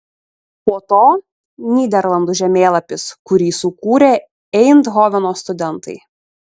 po to nyderlandų žemėlapis kurį sukūrė eindhoveno studentai